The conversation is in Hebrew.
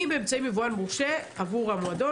אם באמצעות יבואן מורשה עבור המועדון